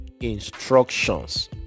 instructions